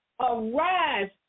arise